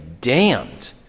damned